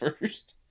first